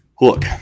Look